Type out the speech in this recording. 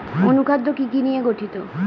অনুখাদ্য কি কি নিয়ে গঠিত?